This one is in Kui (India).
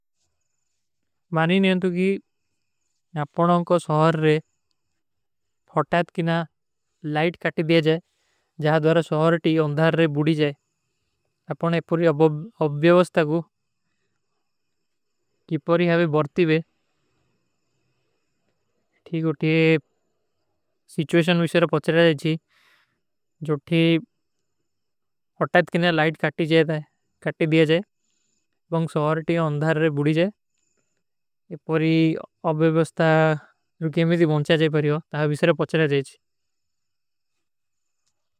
ମାନିନେଂତୁ କି ଆପନାଂକୋ ସୋହର ରେ ଫଟାତ କିନା ଲାଇଟ କାଟୀ ଦିଯା ଜାଏ, ଜାଏ ଦୋରେ ସୋହର ଟୀ ଉନ୍ଧର ରେ ବୁଡୀ ଜାଏ। ଅପନେ ଏକ ପୁରୀ ଅବ୍ଯଵସ୍ଥା କୁ, କି ପୁରୀ ହୈ ବରତୀ ବେ, ଠୀକ ଉଠେ ସିଚ୍ଵେଶନ ଵିଶ୍ଵେର ପହୁଚ ରହେ ଜୀ, ସମସ୍ଵାଗତ କିନା ଲାଇଟ କାଟୀ ଦିଯା ଜାଏ, ଜାଏ ଦୋରେ ସୋହର ଟୀ ଉନ୍ଧର ରେ ବୁଡୀ ଜାଏ। ଅପନେ ଏକ ପୁରୀ ଅବ୍ଯଵସ୍ଥା କୁ, କି ପୁରୀ ହୈ ବରତୀ ବେ, ଠୀକ ଉଠେ ସିଚ୍ଵେଶନ ଵିଶ୍ଵେର ପହୁଚ ରହେ ଜୀ,।